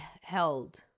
held